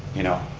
you know.